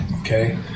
okay